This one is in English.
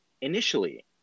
initially